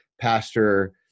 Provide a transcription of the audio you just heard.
pastor